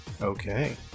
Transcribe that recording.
Okay